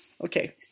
okay